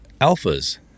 Alpha's